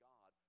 God